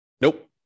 Nope